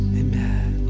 amen